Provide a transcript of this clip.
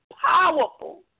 powerful